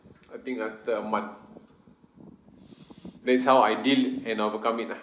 I think after a month that's how I deal and overcome it lah